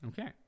Okay